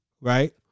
right